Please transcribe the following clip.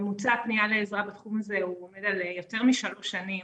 ממוצע הפנייה לעזרה בתחום הזה עומד על יותר משלוש שנים,